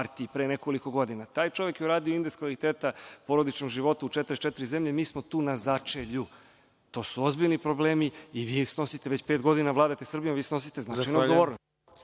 pre nekoliko godina. Taj čovek je uradio indeks kvaliteta porodičnog života u 44 zemlje. Mi smo tu na začelju. To su ozbiljni problemi i vi ih snosite. Već pet godina vladate Srbijom, vi snosite odgovornost.